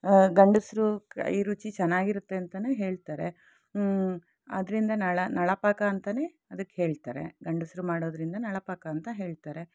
ಗಂಡಸ್ರ ಕೈ ರುಚಿ ಚೆನ್ನಾಗಿರುತ್ತೆ ಅಂತಾನೂ ಹೇಳ್ತಾರೆ ಅದರಿಂದ ನಳ ನಳಪಾಕ ಅಂತಾನೇ ಅದಕ್ಕೆ ಹೇಳ್ತಾರೆ ಗಂಡಸರು ಮಾಡೋದ್ರಿಂದ ನಳಪಾಕ ಅಂತ ಹೇಳ್ತಾರೆ